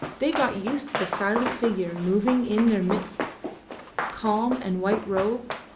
they got used to the silent figure moving in their midst calm and white-robed,